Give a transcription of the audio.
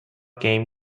game